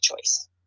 choice